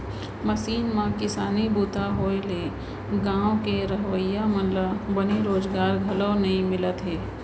machine म किसानी बूता होए ले गॉंव के रहवइया मन ल बने रोजगार घलौ नइ मिलत हे